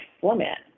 format